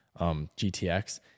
GTX